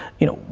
you know,